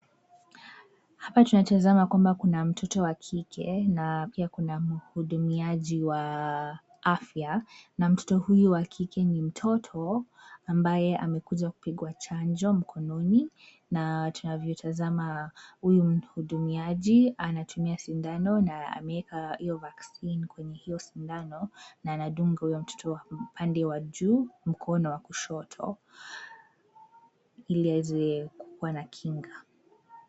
Hapa tunatazama kwamba kuna mtoto wa kike na pia kuna mhudumiaji wa afya na mtoto huyu wa kike ni mtoto ambaye amekuja kupigwa chanjo mkononi na tunavyotazama huyu mhudumiaji anatumia sindano na ameweka hiyo vaccine kwenye hiyo sindano na anadunga huyo mtoto pande wa juu mkono wa kushoto ili aweze kukua na kinga.